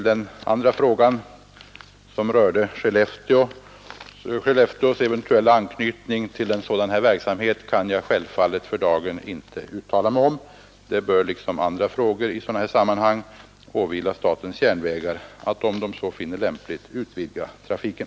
Den andra frågan, som rörde Skellefteås eventuella anknytning till sådan här verksamhet, kan jag självfallet för dagen inte uttala mig om. Det bör liksom andra frågor i sådana sammanhang åvila statens järnvägar att, om man så finner lämpligt, utvidga trafiken.